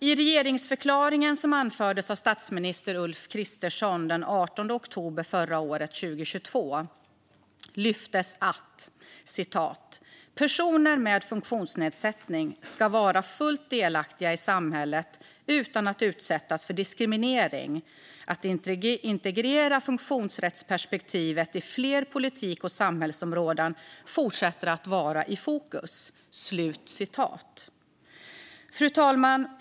I regeringsförklaringen som avgavs av statsminister Ulf Kristersson den 18 oktober 2022 lyftes att "personer med funktionsnedsättning ska kunna vara fullt delaktiga i samhället utan att utsättas för diskriminering. Att integrera funktionsrättsperspektivet i fler politik och samhällsområden fortsätter att vara i fokus." Fru talman!